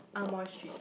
amoy street